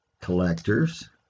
collectors